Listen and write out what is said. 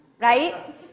right